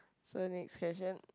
so next question